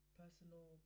personal